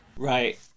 Right